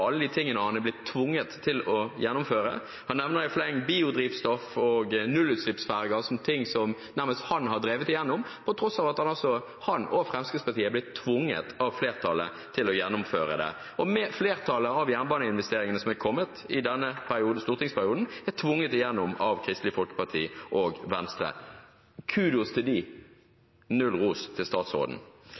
alle tingene han er blitt tvunget til å gjennomføre. Han nevner i fleng biodrivstoff og nullutslippsferger som ting han nærmest har drevet igjennom, på tross av at han og Fremskrittspartiet er blitt tvunget av flertallet til å gjennomføre det. Og flertallet av jernbaneinvesteringene som er kommet i denne stortingsperioden, er tvunget igjennom av Kristelig Folkeparti og Venstre – kudos til dem, null ros til statsråden.